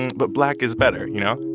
but black is better, you know?